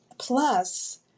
Plus